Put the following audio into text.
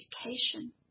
education